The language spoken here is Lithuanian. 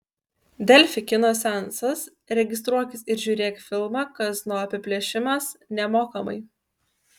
delfi kino seansas registruokis ir žiūrėk filmą kazino apiplėšimas nemokamai